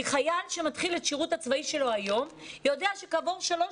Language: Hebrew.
כי חייל שמתחיל את השירות הצבאי שלו היום יודע שכעבור שלוש